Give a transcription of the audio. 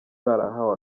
barahawe